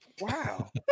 Wow